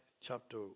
chapter